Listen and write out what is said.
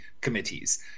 committees